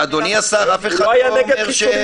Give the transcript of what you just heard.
וסיפרו